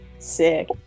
Sick